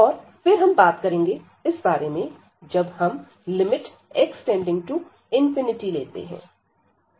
और फिर हम बात करेंगे इस बारे में जब हम लिमिट x→∞ लेते हैं